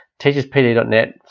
teacherspd.net